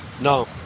No